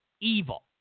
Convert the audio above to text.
Evil